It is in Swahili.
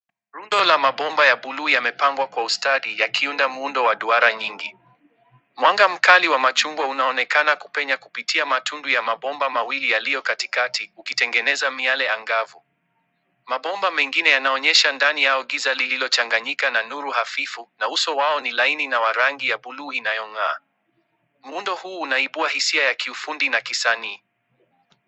Rundo la mabomba ya bluu yamepangwa kwa ustadi yakiunda muundo wa duara nyingi. Mwanga mkali wa machungwa unaonekana kupenya kupitia matundu ya mabomba mawili yaliyo katikati, ukitengeneza miale angavu. Mabomba mengine yanaonyesha ndani yao giza lililochanganyika na nuru hafifu, na uso wao ni laini na wa rangi ya bluu inayong'aa. Muundo huu unaibua hisia ya kiufundi na kisanii.